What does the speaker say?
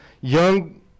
young